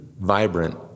vibrant